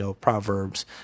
Proverbs